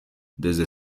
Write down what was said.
desde